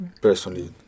personally